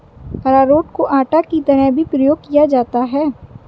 अरारोट को आटा की तरह भी प्रयोग किया जाता है